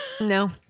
No